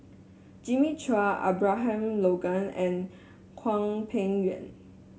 Jimmy Chua Abraham Logan and Hwang Peng Yuan